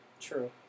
True